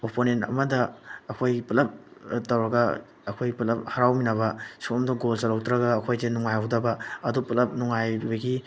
opponent ꯑꯃꯗ ꯑꯩꯈꯣꯏ ꯄꯨꯂꯞ ꯇꯧꯔꯒ ꯑꯩꯈꯣꯏ ꯄꯨꯂꯞ ꯍꯔꯥꯎꯃꯤꯟꯅꯕ ꯁꯣꯝꯗ ꯒꯣꯜ ꯆꯟꯍꯧꯗ꯭ꯔꯒ ꯑꯩꯈꯣꯏꯁꯦ ꯅꯨꯡꯉꯥꯏꯍꯧꯗꯕ ꯑꯗꯨ ꯄꯨꯂꯞ ꯅꯨꯡꯉꯥꯏꯕꯒꯤ